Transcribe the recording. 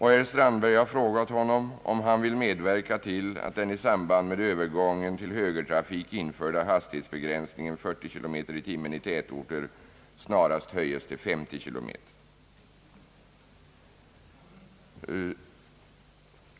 Herr Strandberg har frågat kommunikationsministern, om han vill medverka till att den i samband med övergången till högertrafik införda hastighetsbegränsningen 40 km tim.